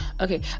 okay